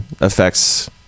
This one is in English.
affects